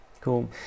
Cool